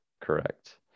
Correct